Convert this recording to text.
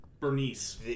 Bernice